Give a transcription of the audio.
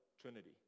Trinity